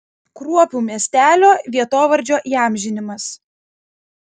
kruopių miestelio vietovardžio įamžinimas